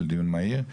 של דיון מהיר.